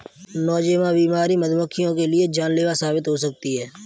Nosema बीमारी मधुमक्खियों के लिए जानलेवा साबित हो सकती है